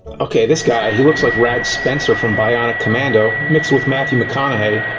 okay, this guy he looks like rad spencer from bionic commando, mixed with matthew mcconaughey.